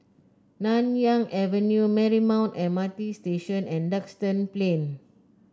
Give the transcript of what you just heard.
Nanyang Avenue Marymount M R T Station and Duxton Plain